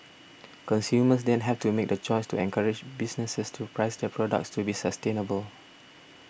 consumers then have to make the choice to encourage businesses to price their products to be sustainable